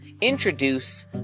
introduce